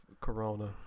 Corona